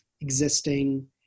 existing